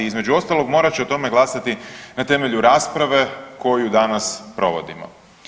Između ostalog morat će o tome glasati na temelju rasprave koju danas provodimo.